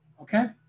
okay